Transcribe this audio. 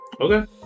Okay